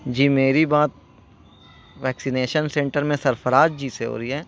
جی میری بات vaccination centre میں سرفراز جی سے ہو رہی ہے